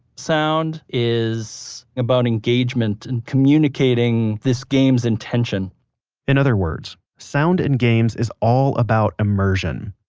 sound is about engagement and communicating this game's intention in other words, sound in games is all about immersion.